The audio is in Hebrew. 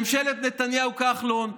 ממשלת נתניהו-כחלון,